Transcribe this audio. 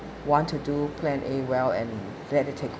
want to do plan A well and let it take off